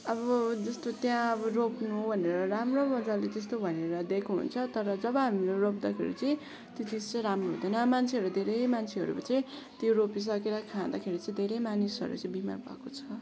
अब जस्तो त्यहाँ अब रोप्नु भनेर राम्रो मजाले त्यस्तो भनेर दिएको हुन्छ तर जब हामीले रोप्दाखेरि चाहिँ त्यो चिज चाहिँ राम्रो हुँदैन मान्छेहरू धेरै मान्छेहरू चाहिँ त्यो रोपिसकेर खाँदाखेरि चाहिँ धेरै मानिसहरू चाहिँ बिमार भएको छ